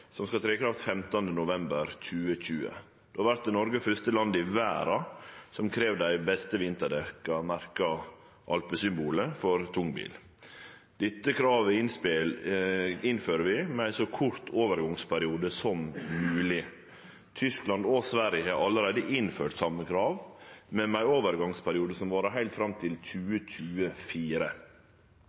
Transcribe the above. som skal tre i kraft 15. november 2020. Då vert Noreg det første landet i verda som krev dei beste vinterdekka – merkte alpesymbolet – for tungbil. Dette kravet innfører vi med ein så kort overgangsperiode som mogleg. Tyskland og Sverige har allereie innført same krav, men med ein overgangsperiode som varer heilt fram til 2024.